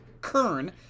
Kern